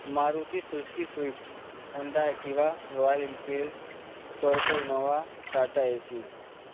Maruti Suzuki Swift Honda Activa Royal Enfield Toyota Innova Tata ایسی